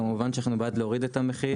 כמובן שאנחנו בעד להוריד את המחיר.